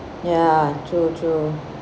ya true true